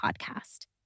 podcast